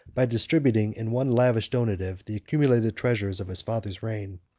by distributing in one lavish donative the accumulated treasures of his father's reign.